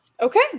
Okay